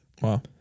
wow